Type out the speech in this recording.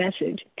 message